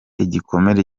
igikomere